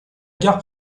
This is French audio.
gare